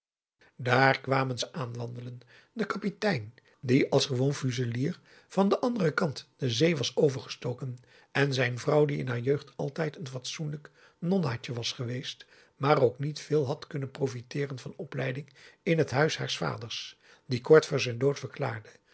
daar kwamen ze aanwandelen de kapitein die eens als gewoon fuselier van den anderen kant de zee was overgestoken en zijn vrouw die in haar jeugd altijd n heel fatsoenlijk nonnaatje was geweest maar ook niet veel had kunnen profiteeren van opleiding in het huis haars vaders die kort voor zijn dood verklaarde